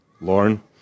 Lauren